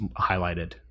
highlighted